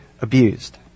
abused